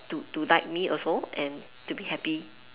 to to like me also and to be happy